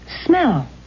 smell